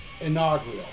inaugural